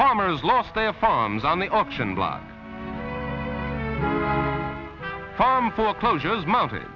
farmers lost their farms on the auction block from foreclosures mounti